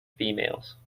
females